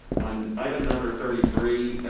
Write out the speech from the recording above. on item number thirty three,